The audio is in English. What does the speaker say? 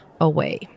away